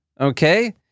okay